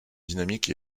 dynamiques